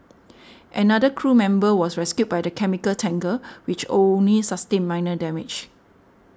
another crew member was rescued by the chemical tanker which only sustained minor damage